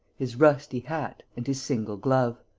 his rusty hat and his single glove